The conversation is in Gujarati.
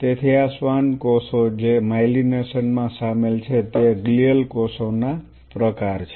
તેથી આ શ્વાન કોષો જે માયલિનેશન માં સામેલ છે તે ગ્લિઅલ કોષોનો પ્રકાર છે